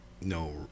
no